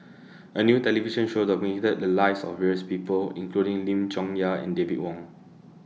A New television Show documented The Lives of various People including Lim Chong Yah and David Wong